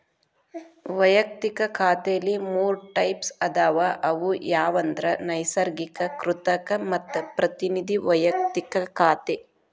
ವಯಕ್ತಿಕ ಖಾತೆಲಿ ಮೂರ್ ಟೈಪ್ಸ್ ಅದಾವ ಅವು ಯಾವಂದ್ರ ನೈಸರ್ಗಿಕ, ಕೃತಕ ಮತ್ತ ಪ್ರತಿನಿಧಿ ವೈಯಕ್ತಿಕ ಖಾತೆ